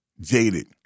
jaded